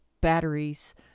batteries